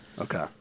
Okay